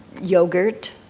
yogurt